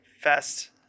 fest